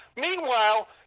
Meanwhile